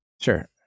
Sure